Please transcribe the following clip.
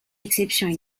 exceptions